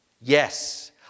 Yes